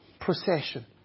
procession